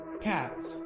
Cats